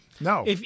No